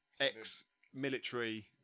ex-military